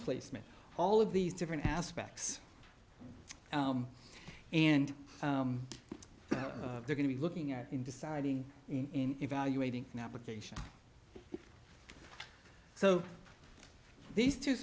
placement all of these different aspects and they're going to be looking at in deciding in evaluating an application so these two